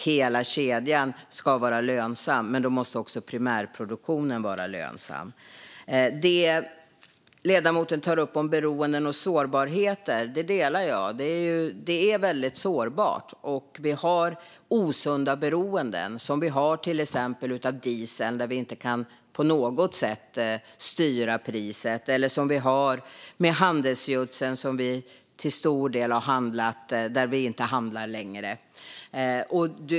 Hela kedjan ska vara lönsam, men då måste också primärproduktionen vara lönsam. Det ledamoten tar upp om beroenden och sårbarheter instämmer jag i. Det är väldigt sårbart. Vi har osunda beroenden, till exempel av dieseln, där vi inte på något sätt kan styra priset, och handelsgödseln, som vi till stor del har handlat där vi inte längre handlar.